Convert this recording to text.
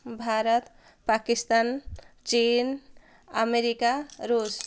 ଭାରତ ପାକିସ୍ତାନ ଚୀନ ଆମେରିକା ଋଷ